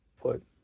put